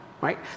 Right